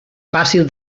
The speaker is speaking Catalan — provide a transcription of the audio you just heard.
fàcil